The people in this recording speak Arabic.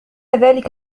ذلك